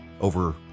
over